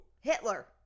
Hitler